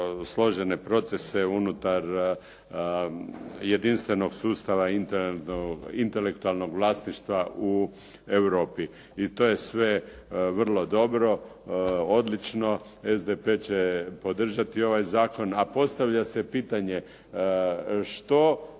procese unutar jedinstvenog sustava intelektualnog vlasništva u Europi. I to je sve vrlo dobro, odlično SDP će podržati ovaj zakon. A postavlja se pitanje, što